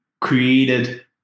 created